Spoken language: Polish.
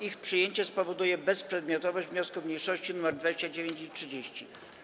Ich przyjęcie spowoduje bezprzedmiotowość wniosków mniejszości nr 29 i 30.